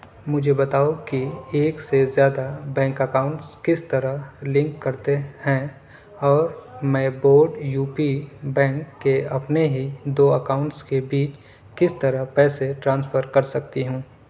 مجھے بتاؤ کہ ایک سے زیادہ بینک اکاؤنٹس کس طرح لنک کرتے ہیں اور میں بورڈ یو پی بینک کے اپنے ہی دو اکاؤنٹس کے بیچ کس طرح پیسے ٹرانسفر کر سکتی ہوں